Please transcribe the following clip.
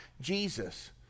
Jesus